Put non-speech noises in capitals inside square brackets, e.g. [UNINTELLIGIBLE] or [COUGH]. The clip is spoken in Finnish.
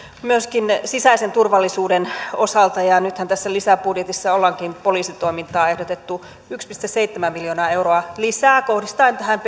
myöskin sisäisen turvallisuuden osalta ja nythän tässä lisäbudjetissa ollaankin poliisitoimintaan ehdotettu yksi pilkku seitsemän miljoonaa euroa lisää kohdistaen tähän [UNINTELLIGIBLE]